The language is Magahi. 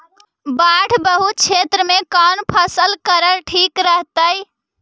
बाढ़ बहुल क्षेत्र में कौन फसल करल ठीक रहतइ?